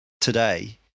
today